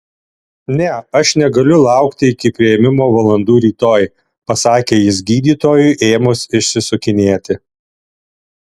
ne aš negaliu laukti iki priėmimo valandų rytoj pasakė jis gydytojui ėmus išsisukinėti